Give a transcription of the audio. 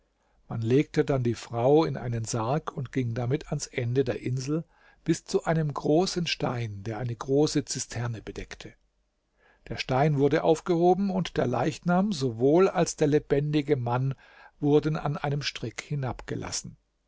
man legte dann die frau in einen sarg und ging damit ans ende der insel bis zu einem großen stein der eine große zisterne bedeckte der stein wurde aufgehoben und der leichnam sowohl als der lebendige mann wurden an einem strick hinabgelassen